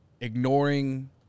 ignoring